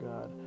God